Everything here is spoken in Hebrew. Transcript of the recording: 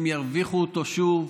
הם ירוויחו אותו שוב,